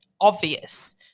obvious